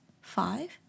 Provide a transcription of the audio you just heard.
five